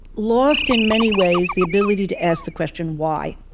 lost in many ways the ability to ask the question why.